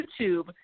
YouTube